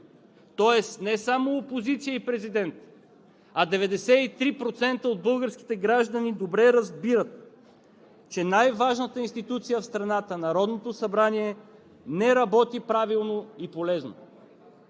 Тоест не само опозиция и президент, а 93% от българските граждани добре разбират, че най-важната институция в страната – Народното събрание, не работи правилно и полезно.